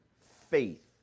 faith